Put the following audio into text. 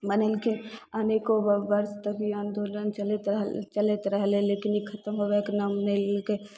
बनेलखिन अनेको बर्ष तक ई आंदोलन चलैत चलैत रहलै लेकिन ई खतम होबैके नाम नहि लेलकै